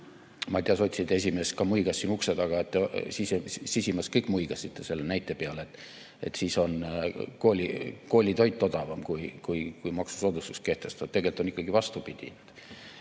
Ma ei tea, sotside esimees ka muigas siin ukse taga, sisimas kõik muigasid selle näite peale, et siis on koolitoit odavam, kui maksusoodustus kehtestada. Tegelikult on ikkagi vastupidi.